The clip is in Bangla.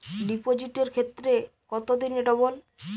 ডিপোজিটের ক্ষেত্রে কত দিনে ডবল?